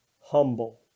humble